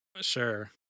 Sure